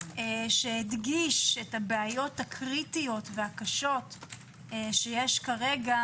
שהדגיש את הבעיות הקריטיות שיש כרגע